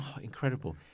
Incredible